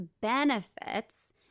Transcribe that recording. benefits